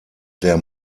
der